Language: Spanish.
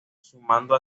sumando